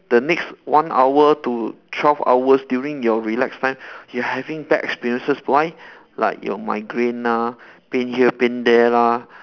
the next one hour to twelve hours during your relax time you having bad experiences why like your migraine ah pain here pain there lah